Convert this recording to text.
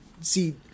See